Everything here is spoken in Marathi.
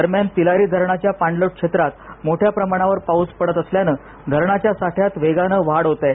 दरम्यान तिलारी धरणाच्या पाणलोट क्षेत्रात मोठ्या प्रमाणावर पाऊस पडत असल्यान धरणाच्या साठ्यात वेगान वाढ होत आहे